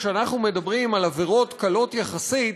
כשאנחנו מדברים על עבירות קלות יחסית,